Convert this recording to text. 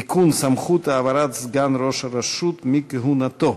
(תיקון, סמכות העברת סגן ראש רשות מכהונתו),